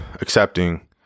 accepting